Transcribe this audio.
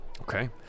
Okay